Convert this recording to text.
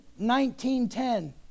19.10